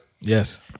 Yes